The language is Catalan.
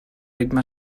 ritme